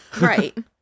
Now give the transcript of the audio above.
Right